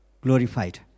glorified